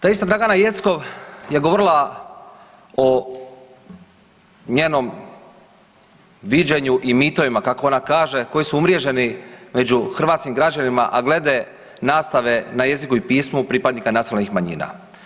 Ta ista Dragana Jeckov je govorila o njenom viđenju i mitovima kako ona kaže koji su umreženi među hrvatskim građanima, a glede nastave na jeziku i pismu pripadnika nacionalnih manjina.